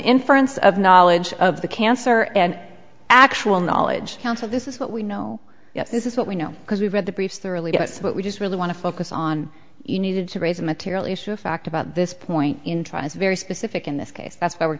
inference of knowledge of the cancer and actual knowledge of this is what we know yes this is what we know because we've read the briefs thoroughly that's what we just really want to focus on you needed to raise a material issue of fact about this point in tries very specific in this case that's why we're